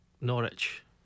Norwich